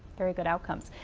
very good outcomes.